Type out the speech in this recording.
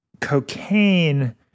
cocaine